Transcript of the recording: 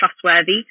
trustworthy